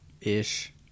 ish